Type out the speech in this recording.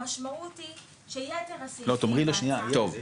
המשמעות היא שיתר הסעיפים בהצעה --- אפשר